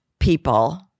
People